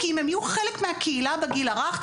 כי אם הם יהיו חלק מהקהילה בגיל הרך,